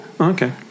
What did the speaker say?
Okay